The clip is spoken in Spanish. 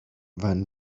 van